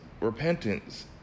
repentance